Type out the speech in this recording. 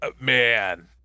man